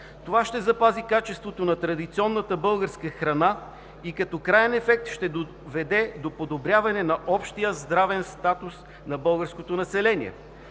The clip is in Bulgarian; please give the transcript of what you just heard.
Това ще запази качеството на традиционната българска храна и като краен ефект ще доведе до подобряване на общия здравен статус на българското население.